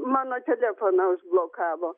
mano telefoną užblokavo